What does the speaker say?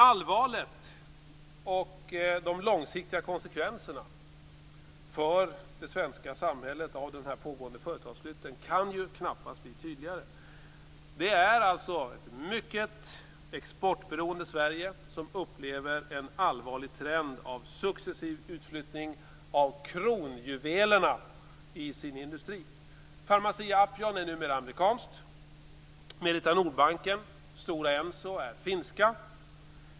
Allvaret och de långsiktiga konsekvenserna för det svenska samhället av den pågående företagsflytten kan knappast bli tydligare. Det är alltså ett mycket exportberoende Sverige som upplever en allvarlig trend med successiv utflyttning av kronjuvelerna i industrin. Pharmacia & Upjohn är numera amerikanskt. Merita-Nordbanken och Stora Enso är finska.